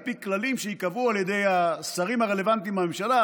על פי כללים שייקבעו על ידי השרים הרלוונטיים בממשלה,